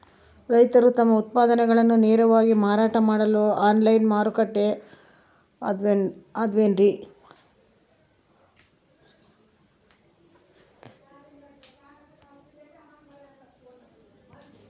ರೈತರು ತಮ್ಮ ಉತ್ಪನ್ನಗಳನ್ನ ನೇರವಾಗಿ ಮಾರಾಟ ಮಾಡಲು ಆನ್ಲೈನ್ ಮಾರುಕಟ್ಟೆ ಅದವೇನ್ರಿ?